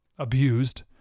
abused